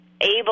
able